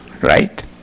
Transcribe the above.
right